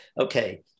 okay